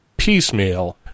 piecemeal